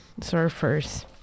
Surfers